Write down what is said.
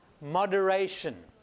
moderation